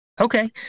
Okay